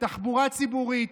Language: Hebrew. תחבורה ציבורית,